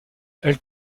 elle